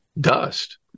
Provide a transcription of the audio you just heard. dust